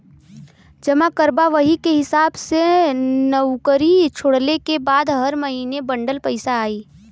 जमा करबा वही के हिसाब से नउकरी छोड़ले के बाद हर महीने बंडल पइसा आई